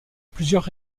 plusieurs